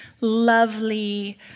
lovely